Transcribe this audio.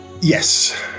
Yes